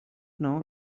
know